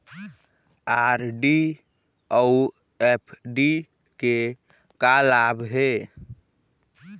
RD अऊ FD के का लाभ हे?